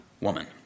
woman